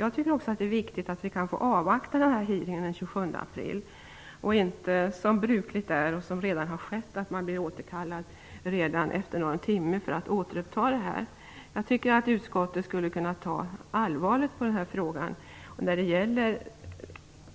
Jag tycker också att det är viktigt att vi kan få avvakta hearingen den 27 april och inte återkallas efter någon timme, som brukligt är och som redan har skett, för att återuppta ärendet. Jag tycker att utskottet skulle kunna ta allvarligt på frågan om